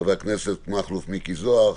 חבר הכנסת מכלוף מיקי זוהר,